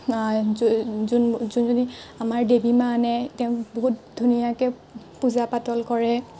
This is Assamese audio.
যোন যোন যোন জনী আমাৰ দেৱী মা আনে তেওঁক বহুত ধুনীয়াকৈ পূজা পাতল কৰে